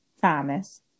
Thomas